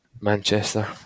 Manchester